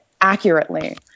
accurately